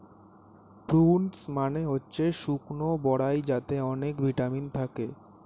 prunes মানে হচ্ছে শুকনো বরাই যাতে অনেক ভিটামিন থাকে